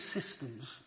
systems